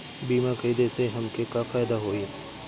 बीमा खरीदे से हमके का फायदा होई?